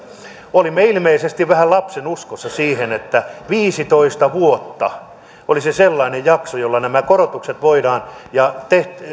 olimme ilmeisesti vähän lapsenuskossa siinä että viisitoista vuotta olisi sellainen jakso jolla nämä korotukset ja